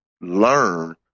learn